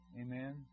amen